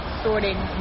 sorting